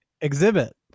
Exhibit